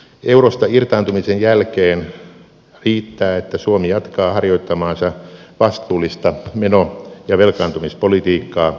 eurosta irtaantumisen jälkeen riittää että suomi jatkaa harjoittamaansa vastuullista meno ja velkaantumispolitiikkaa ruotsin tapaan